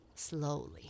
slowly